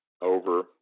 over